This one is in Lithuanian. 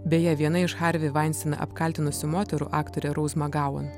beje viena iš harvį vainstiną apkaltinusių moterų aktorė rous makgauan